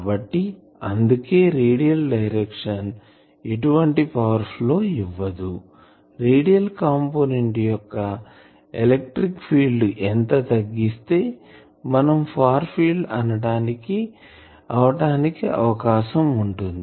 కాబట్టి అందుకే radial direction ఎటువంటి పవర్ ఫ్లో ఇవ్వదు రేడియల్ కంపోనెంట్ యొక్క ఎలక్ట్రిక్ ఫీల్డ్ ఎంత తగ్గిస్తే మనం ఫార్ ఫీల్డ్ అనటానికి అవకాశం ఉంటుంది